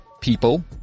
people